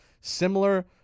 similar